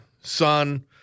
son